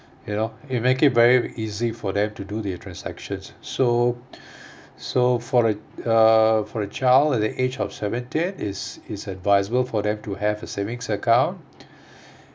you know it make it very easy for them to do their transactions so so for a uh for a child at the age of seventeen is is advisable for them to have a savings account